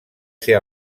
ser